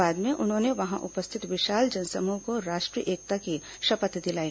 बाद में उन्होंने वहां उपस्थित विशाल जनसमूह को राष्ट्रीय एकता की शपथ दिलाई